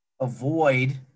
avoid